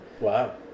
Wow